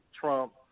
Trump